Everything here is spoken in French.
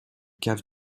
caves